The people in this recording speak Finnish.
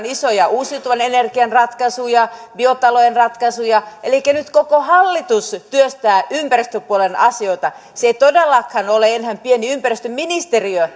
isoja uusiutuvan energian ratkaisuja biotalouden ratkaisuja elikkä nyt koko hallitus työstää ympäristöpuolen asioita se ei todellakaan ole enää pieni ympäristöministeriö